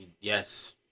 Yes